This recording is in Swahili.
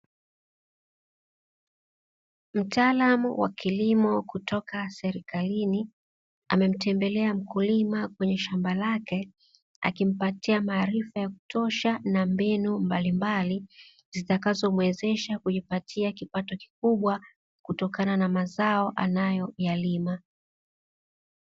Mtaalamu wa kilimo kutoka serikalini, amemtembelea mkulima kwenye shamba lake. Akimpatia maarifa ya kutosha na mbinu mbalimbali, zitakazo mwezesha kujipatia kipato kikubwa kutokana na mazao anayoyalima.